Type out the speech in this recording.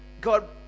God